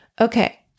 Okay